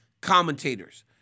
commentators